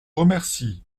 remercie